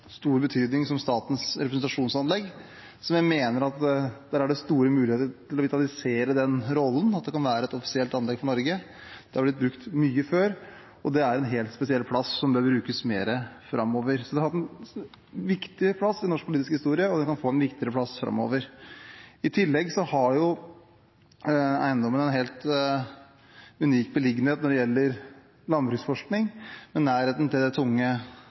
stor betydning som statens representasjonsanlegg. Jeg mener det er store muligheter til å vitalisere den rollen, og at det kan være et offisielt anlegg for Norge. Det har blitt brukt mye før, og det er en helt spesiell plass som bør brukes mer framover. Den har hatt en viktig plass i norsk politisk historie, og den kan få en viktigere plass framover. I tillegg har eiendommen en helt unik beliggenhet når det gjelder landbruksforskning, med nærheten til det tunge